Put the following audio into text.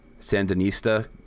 Sandinista